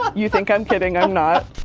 you think i'm kidding. i'm not.